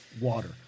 water